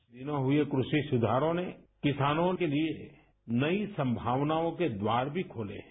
बीते दिनों हुए कृषि सुवारों ने किसानों के लिए नई संगावनाओं के द्वार भी खोले हैं